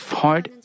hard